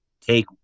take